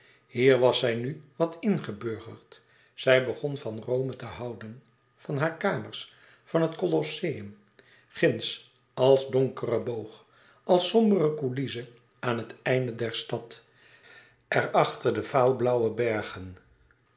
hier was zij nu wat ingeburgerd zij begon van rome te houden van hare kamers van het colosseum ginds als donkere boog als sombere coulisse aan het einde der stad er achter de vaagblauwe bergen